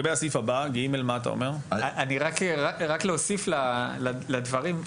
רק להוסיף לדברים.